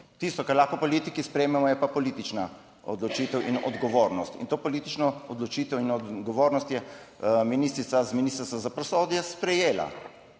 Tisto, kar lahko politiki sprejmemo, je pa politična odločitev in odgovornost, in to politično odločitev in odgovornost je ministrica iz Ministrstva